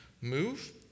move